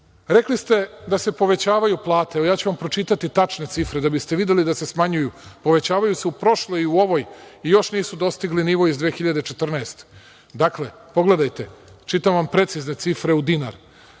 ste da se povećavaju plate, ja ću vam pročitati tačne cifre da biste videli da se smanjuju. Povećavaju su prošloj i u ovoj godini i još nisu dostigle nivo iz 2014. godine. Dakle, pogledajte čitam vam precizne cifre u dinar,